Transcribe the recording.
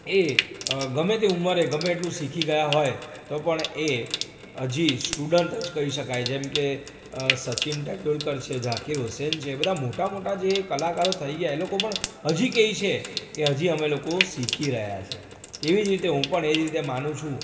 એ ગમે તે ઉમરે ગમે એટલું શીખી ગયાં હોય તો પણ એ હજી સ્ટુડન્ટ જ કહી શકાય જેમકે સચિન ટેડુલકર છે ઝાકિર હુસેન છે એ બધા મોટા મોટા જે કલાકારો થઇ ગ્યાં એ લોકો પણ હજી કહે છે હજી અમે લોકો શીખી રહ્યા છે તેવી રીતે હું પણ એ જ રીતે માનું છું